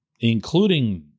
including